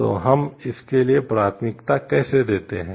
तो हम इसके लिए प्राथमिकता कैसे देते हैं